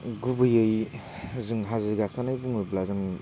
गुबैयै जों हाजो गाखोनाय बुङोब्ला जों